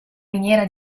miniera